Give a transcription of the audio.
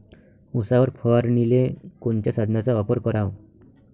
उसावर फवारनीले कोनच्या साधनाचा वापर कराव?